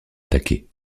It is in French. attaquée